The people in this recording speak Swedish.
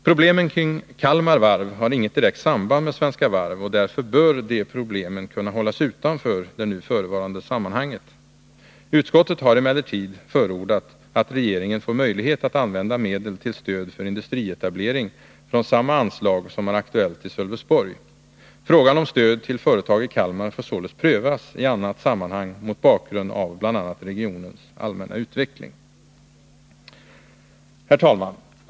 Problemen kring Kalmar Varv har inget direkt samband med Svenska Varv, och därför bör de problemen kunna hållas utanför det nu förevarande sammanhanget. Utskottet har emellertid förordat att regeringen får möjlighet att använda medel till stöd för industrietablering från samma anslag som är aktuellt i Sölvesborg. Frågan om stöd till företag i Kalmar får således prövas i annat sammanhang, mot bakgrund av bl.a. regionens allmänna utveckling. Herr talman!